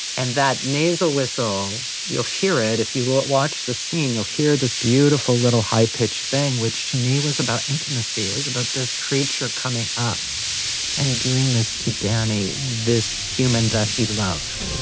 and that nasal whistle, you'll hear it if you will watch the scene, you'll hear this beautiful little high pitch thing, which to me was about intimacy. it was about this creature coming up and doing this to dany. this human that he loved.